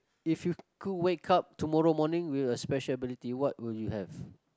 if you could wake up tomorrow morning with a special ability what will you have